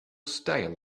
style